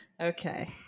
Okay